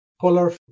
Polar